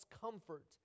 comfort